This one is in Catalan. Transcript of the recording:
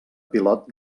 pilot